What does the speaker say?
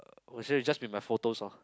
oh so you just be my photos oh